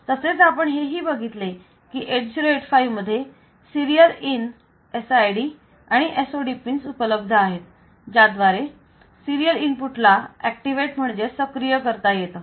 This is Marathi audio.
तसेच आपण हेही बघितले की 8085 मध्ये सिरीयल इन SID आणि SOD पिंस उपलब्ध आहेत ज्याद्वारे सिरीयल इनपुट ला ऍक्टिव्हेट म्हणजे सक्रिय करता येतं